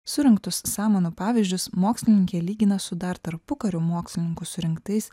surinktus samanų pavyzdžius mokslininkė lygina su dar tarpukariu mokslininkų surinktais